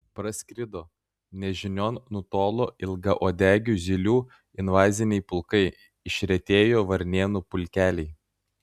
praskrido nežinion nutolo ilgauodegių zylių invaziniai pulkai išretėjo varnėnų pulkeliai